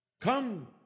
come